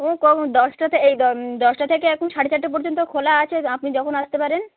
হুম করুন দশটাতে এই দশটা থেকে এখন সাড়ে চারটে পর্যন্ত খোলা আছে আপনি যখন আসতে পারেন